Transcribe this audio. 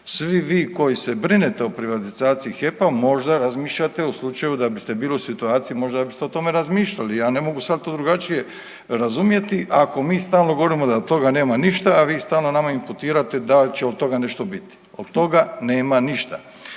Svi vi koji se brinete o privatizaciji HEP-a možda razmišljate u slučaju da biste bili u situaciji, možda biste o tome razmišljali, ja ne mogu sad to drugačije razumjeti. Ako mi stalno govorimo da od toga nema ništa, a vi stalno nama imputirate da će od toga nešto biti. Od toga nema ništa.